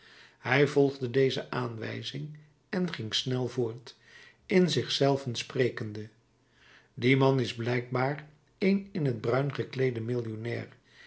hij volgde deze aanwijzing en ging snel voort in zich zelven sprekende die man is blijkbaar een in t bruin gekleede millionair